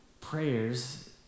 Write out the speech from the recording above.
prayers